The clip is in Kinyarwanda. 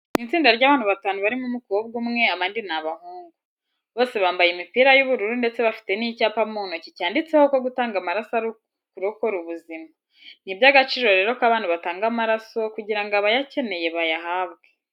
Ni itsinda ry'abantu batanu harimo umukobwa umwe, abandi ni abahungu. Bose bambaye imipira y'ubururu ndetse bafite n'icyapa mu ntoki cyanditseho ko gutanga amaraso ari ukurokora ubuzima. Ni iby'agaciro rero ko abantu batanga amaraso kugira ngo abayakeneye bayahabwe.